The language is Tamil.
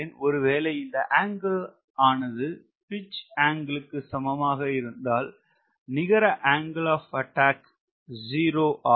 ஒருவேளை இந்த ஆங்கிள் ஆனது பிட்ச் ஆங்கிள்க்கு சமமாக இருந்தால் நிகர ஆங்கிள் ஆப் அட்டாக் 0 ஆகும்